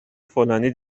فلانی